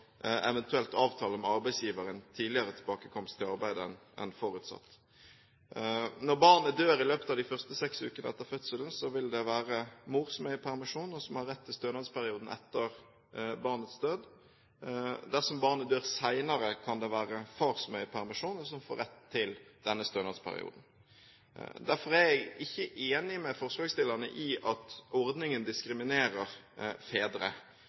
eventuelt avtale med arbeidsgiver en tidligere tilbakekomst til arbeidet enn forutsatt. Når barnet dør i løpet av de første seks ukene etter fødselen, vil det være mor som er i permisjon, og som har rett til stønadsperioden etter barnets død. Dersom barnet dør senere, kan det være far som er i permisjon, og som får rett til denne stønadsperioden. Derfor er jeg ikke enig med forslagsstillerne i at ordningen diskriminerer fedre.